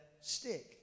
stick